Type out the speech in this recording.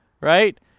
right